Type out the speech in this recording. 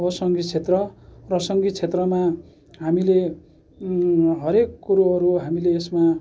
हो सङ्गीत क्षेत्र र सङ्गीत क्षेत्रमा हामीले हरेक कुरोहरू हामीले यसमा